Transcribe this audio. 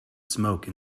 smoke